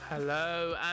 Hello